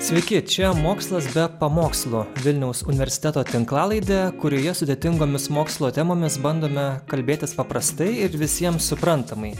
sveiki čia mokslas be pamokslo vilniaus universiteto tinklalaidė kurioje sudėtingomis mokslo temomis bandome kalbėtis paprastai ir visiems suprantamai